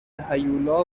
هیولا